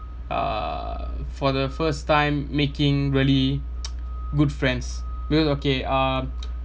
uh for the first time making really good friends well okay uh